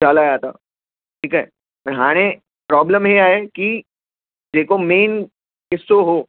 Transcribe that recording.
चालायाता ठीकु आहे ऐं हाणे प्रॉब्लम हीउ आहे की जेको मेन क़िसो हो